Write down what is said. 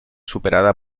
superada